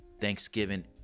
Thanksgiving